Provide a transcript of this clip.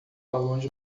balões